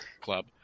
club